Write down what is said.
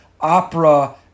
opera